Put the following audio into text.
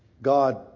God